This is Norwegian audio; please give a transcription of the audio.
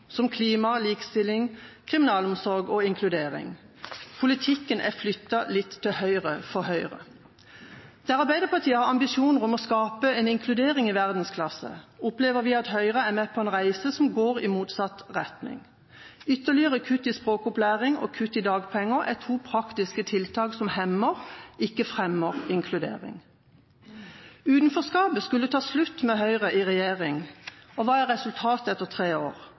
i klima, likestilling, kriminalomsorg og inkludering. Politikken er flyttet litt til høyre for Høyre. Der Arbeiderpartiet har ambisjoner om å skape en inkludering i verdensklasse, opplever vi at Høyre er med på en reise som går i motsatt retning. Ytterligere kutt i språkopplæring og kutt i dagpenger er to praktiske tiltak som hemmer, ikke fremmer inkludering. Utenforskapet skulle ta slutt med Høyre i regjering. Hva er resultatet etter tre år?